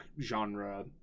genre